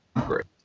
Great